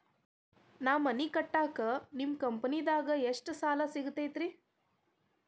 ನಾ ಮನಿ ಕಟ್ಟಾಕ ನಿಮ್ಮ ಕಂಪನಿದಾಗ ಎಷ್ಟ ಸಾಲ ಸಿಗತೈತ್ರಿ?